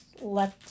let